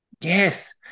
Yes